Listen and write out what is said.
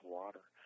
water